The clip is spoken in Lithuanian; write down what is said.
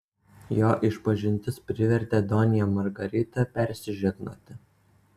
jo išpažintis privertė donją margaritą persižegnoti